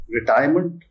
retirement